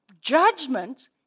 judgment